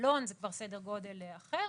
מעלון שזה כבר סדר גודל אחר.